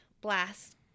blast